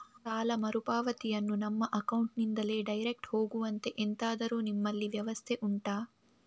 ಸಾಲ ಮರುಪಾವತಿಯನ್ನು ನಮ್ಮ ಅಕೌಂಟ್ ನಿಂದಲೇ ಡೈರೆಕ್ಟ್ ಹೋಗುವಂತೆ ಎಂತಾದರು ನಿಮ್ಮಲ್ಲಿ ವ್ಯವಸ್ಥೆ ಉಂಟಾ